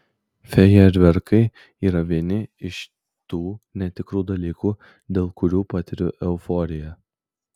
fejerverkai yra vieni iš tų netikrų dalykų dėl kurių patiriu euforiją